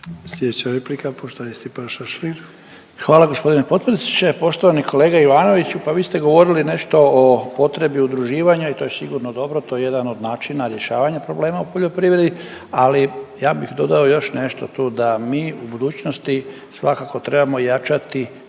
Sljedeća replika, poštovani **Šašlin, Stipan (HDZ)** Hvala g. potpredsjedniče, poštovani kolega Ivanoviću. Pa vi ste govorili nešto o potrebi udruživanja i to je sigurno dobro, to je jedan od načina rješavanja problema u poljoprivredi, ali ja bih dodao još nešto, to da mi u budućnosti svakako trebamo jačati